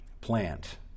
plant